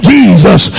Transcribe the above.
Jesus